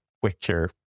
quicker